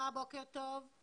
בוקר טוב.